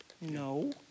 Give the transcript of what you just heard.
No